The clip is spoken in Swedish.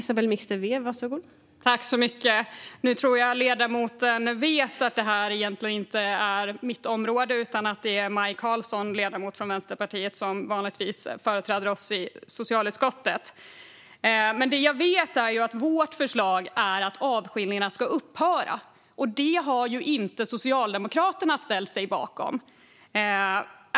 Fru talman! Nu tror jag att ledamoten vet att detta egentligen inte är mitt område. Det är Maj Karlsson som vanligtvis företräder Vänsterpartiet i debatter om socialutskottets betänkanden. Det jag vet är att vårt förslag är att avskiljningarna ska upphöra. Det har Socialdemokraterna inte ställt sig bakom.